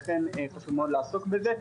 לכן חשוב לעסוק בזה.